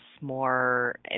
more